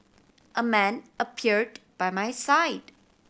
a man appeared by my side